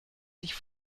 sich